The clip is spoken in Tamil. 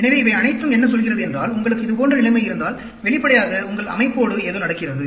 எனவே இவை அனைத்தும் என்ன சொல்கிறதென்றால் உங்களுக்கு இதுபோன்ற நிலைமை இருந்தால் வெளிப்படையாக உங்கள் அமைப்போடு ஏதோ நடக்கிறது